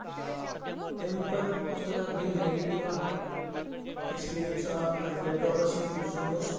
تمہِ پَتہٕ اوس تَتھ اَکھ بیٚیہِ نگیٹِو اَکھ ایٚکٕسپیٖریَنس اکھ تَتھ لیپٹاپَس سۭتۍ یُس زَن اوس